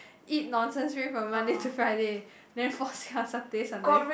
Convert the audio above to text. eat nonsense thing from Monday to Friday then fall sick on Saturday Sunday